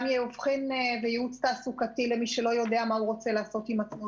גם אבחון וייעוץ תעסוקתי למי שלא יודע מה הוא רוצה לעשות עם עצמו,